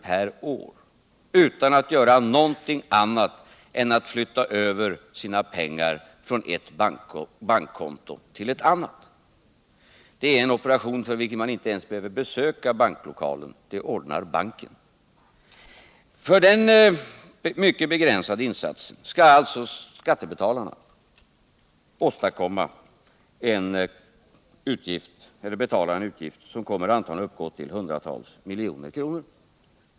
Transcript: per år utan att göra något annat än att flytta över pengarna från ett bankkonto till ett annat. Det är en operation för vilken man inte ens behöver besöka banklokalen; det ordnar banken. För den mycket begränsade insatsen skall alltså skattebetalarna stå för en utgift, som antagligen rör sig om hundratals miljoner kronor.